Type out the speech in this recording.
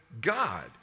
God